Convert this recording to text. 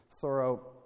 thorough